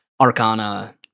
arcana